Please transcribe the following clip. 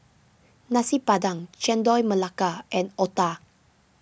Nasi Padang Chendol Melaka and Otah